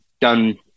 done